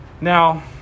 Now